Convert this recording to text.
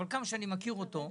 אבל כמה שאני מכיר אותו,